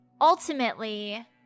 ultimately